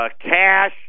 cash